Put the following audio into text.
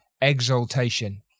exaltation